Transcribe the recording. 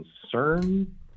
concern